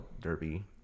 derby